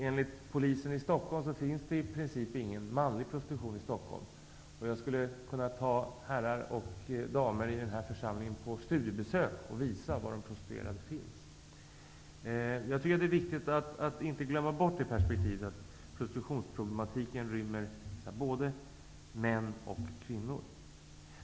Enligt polisen i Stockholm finns det i princip ingen manlig prostitution där. Jag skulle kunna ta med herrarna och damerna i denna församling på studiebesök, för att visa var de prostituerade finns. Det är viktigt att det perspektivet inte glöms bort. Prostitutionsproblematiken rymmer både män och kvinnor.